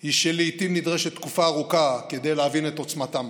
הוא שלעיתים נדרשת תקופה ארוכה כדי להבין את עוצמתם,